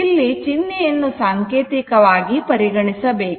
ಇಲ್ಲಿ ಚಿಹ್ನೆಯನ್ನು ಸಾಂಕೇತಿಕವಾಗಿ ಪರಿಗಣಿಸ ಬೇಕು